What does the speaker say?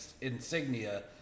insignia